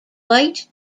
light